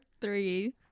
three